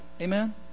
Amen